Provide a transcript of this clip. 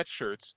sweatshirts